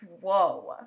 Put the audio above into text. Whoa